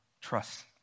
trust